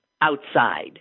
outside